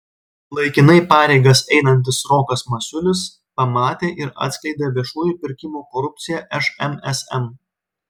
laikinai pareigas einantis rokas masiulis pamatė ir atskleidė viešųjų pirkimų korupciją šmsm